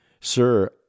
Sir